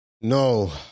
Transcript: no